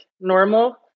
normal